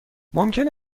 ممکن